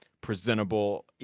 presentable